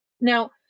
Now